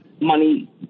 money